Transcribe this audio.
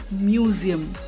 museum